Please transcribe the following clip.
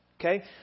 Okay